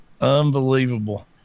Unbelievable